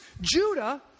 Judah